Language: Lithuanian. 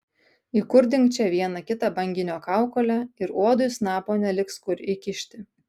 įkurdink čia vieną kitą banginio kaukolę ir uodui snapo neliks kur įkišti